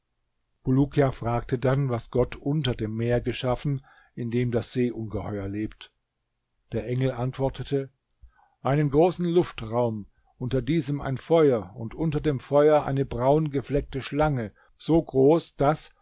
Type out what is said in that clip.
bulukia fragte dann was gott unter dem meer geschaffen in dem das seeungeheuer lebt der engel antwortete einen großen luftraum unter diesem ein feuer und unter dem feuer eine braungefleckte schlange so groß daß